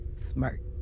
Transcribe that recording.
Smart